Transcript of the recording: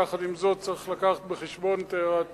יחד עם זאת צריך להביא בחשבון את הערתו